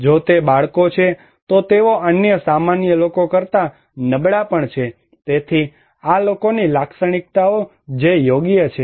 જો તે બાળકો છે તો તેઓ અન્ય સામાન્ય લોકો કરતા નબળા પણ છે તેથી આ લોકોની લાક્ષણિકતાઓ જે યોગ્ય છે